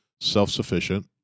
self-sufficient